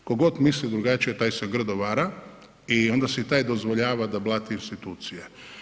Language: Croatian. Tko god misli drugačije, taj se grdo vara i onda si taj dozvoljava da blati institucije.